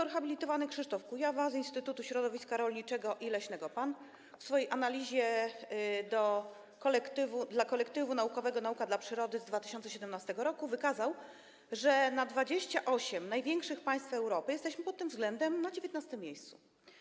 Dr hab. Krzysztof Kujawa z Instytutu Środowiska Rolniczego i Leśnego PAN w swojej analizie dla kolektywu naukowego „Nauka dla Przyrody” z 2017 r. wykazał, że na 28 największych państw Europy jesteśmy pod tym względem na 19. miejscu.